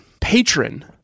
patron